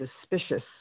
suspicious